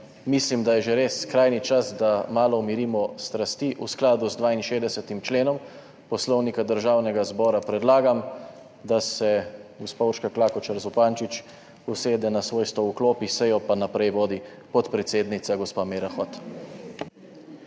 mislim, da je že res skrajni čas, da malo umirimo strasti. V skladu z 62. členom Poslovnika Državnega zbora predlagam, da se gospa Urška Klakočar Zupančič usede na svoj stol v klopi, sejo pa naprej vodi podpredsednica gospa Meira Hot.